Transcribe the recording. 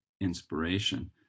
inspiration